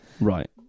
Right